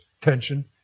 tension